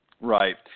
Right